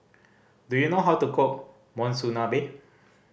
do you know how to cook Monsunabe